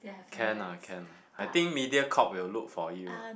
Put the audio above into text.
can lah can lah I think Mediacorp will look for you lah